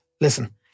Listen